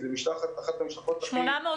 זאת אחת המשלחות הכי גדולה.